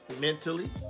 mentally